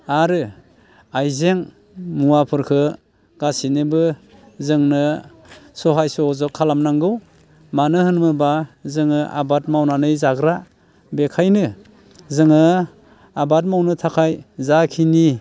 आरो आइजें मुवाफोरखौ गासैनोबो जोंनो सहाय सह'जग खालामनांगौ मानो होनोबा जोङो आबाद मावनानै जाग्रा बेनिखायनो जोङो आबाद मावनो थाखाय जाखिनि